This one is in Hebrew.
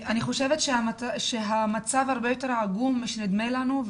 אני חושבת שהמצב הרבה יותר עגום משנדמה לנו.